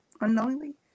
unknowingly